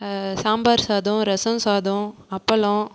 சாம்பார் சாதம் ரசம் சாதம் அப்பளம்